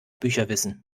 bücherwissen